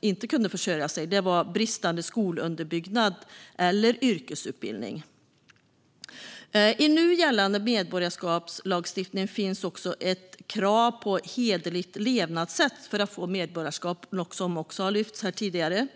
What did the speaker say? inte kunde försörja sig var orsaken bristande skolunderbyggnad eller yrkesutbildning. I nu gällande medborgarskapslagstiftning finns ett krav på hederligt levnadssätt för att få medborgarskap, något som också har lyfts fram här tidigare.